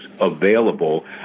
available